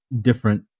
different